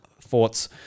thoughts